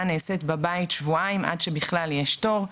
נעשית שבועיים בבית עד שבכלל יש תור.